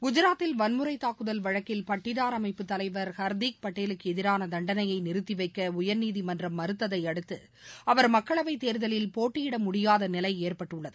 குஜராத்தில் வன்முறை தாக்குதல் வழக்கில் பட்டிதார் அமைப்பு தலைவர் ஹர்தீக் படேலுக்கு எதிரான தண்டளையை நிறுத்தி நவைக்க உயர்நீதிமன்றம் மறுத்ததை அடுத்து அவர் மக்களவை தேர்தலில் போட்டியிட முடியாத நிலை ஏற்பட்டுள்ளது